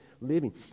living